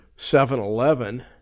7-eleven